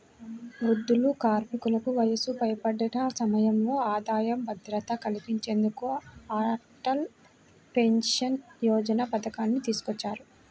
వృద్ధులు, కార్మికులకు వయసు పైబడిన సమయంలో ఆదాయ భద్రత కల్పించేందుకు అటల్ పెన్షన్ యోజన పథకాన్ని తీసుకొచ్చారు